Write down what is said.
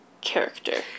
character